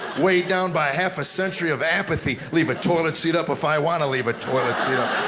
weighed down by a half a century of apathy, leave a toilet seat up if i want to leave a toilet seat up.